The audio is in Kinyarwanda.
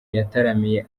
yataramiye